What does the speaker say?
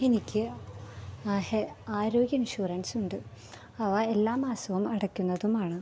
എനിക്ക് ആ ആരോഗ്യ ഇൻഷുറൻസ് ഉണ്ട് അവ എല്ലാ മാസവും അടക്കുന്നതുമാണ്